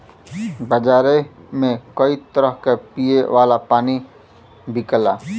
बजारे में कई तरह क पिए वाला पानी बिकला